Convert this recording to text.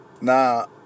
Now